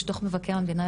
יש דוח מבקר המדינה,